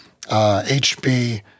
HB